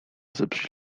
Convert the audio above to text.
zepsuć